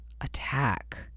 attack